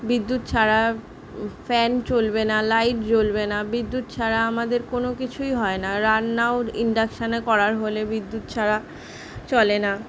বিদ্যুৎ ছাড়া ফ্যান চলবে না লাইট জ্বলবে না বিদ্যুৎ ছাড়া আমাদের কোনো কিছুই হয় না রান্নাও ইনডাকশানে করার হলে বিদ্যুৎ ছাড়া চলে না